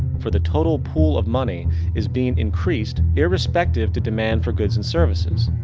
for the total pool of money is being increased irrespective to demand for goods and services.